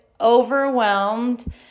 overwhelmed